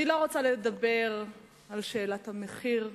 אני לא רוצה לדבר על שאלת המחיר,